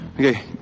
okay